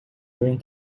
during